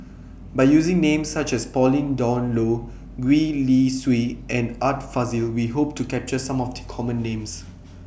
By using Names such as Pauline Dawn Loh Gwee Li Sui and Art Fazil We Hope to capture Some of The Common Names